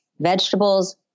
vegetables